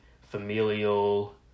familial